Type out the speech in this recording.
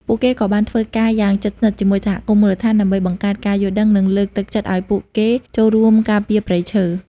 ពួកគេក៏បានធ្វើការយ៉ាងជិតស្និទ្ធជាមួយសហគមន៍មូលដ្ឋានដើម្បីបង្កើតការយល់ដឹង និងលើកទឹកចិត្តឱ្យពួកគេចូលរួមការពារព្រៃឈើ។